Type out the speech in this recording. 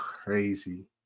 crazy